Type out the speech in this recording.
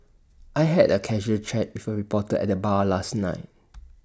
I had A casual chat before A reporter at the bar last night